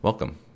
Welcome